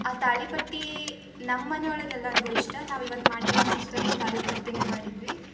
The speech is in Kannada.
ಆ ತಾಳಿಪಟ್ಟು ನಮ್ಮ ಮನಿಯೊಳಗೆ ಎಲ್ಲರ್ಗೂ ಇಷ್ಟ ನಾವು ಇವತ್ತು ಮಾಡಿರೋ ನಾಷ್ಟವೂ ತಾಳಿಪಟ್ಟುನೆ ಮಾಡಿದ್ವಿ